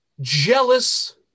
jealous